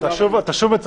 אתה שוב מצמצם.